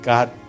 God